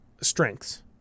strengths